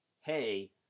Hey